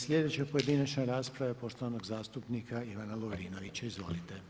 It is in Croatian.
Slijedeća pojedinačna rasprava je poštovanog zastupnika Ivana Lovrinovića, izvolite.